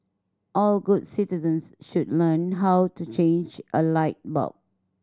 all good citizens should learn how to change a light bulb